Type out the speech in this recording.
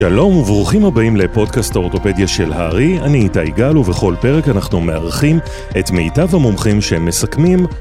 שלום וברוכים הבאים לפודקאסט האורתופדיה של הארי, אני איתי גל ובכל פרק אנחנו מארחים את מיטב המומחים שמסכמים...